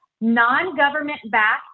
non-government-backed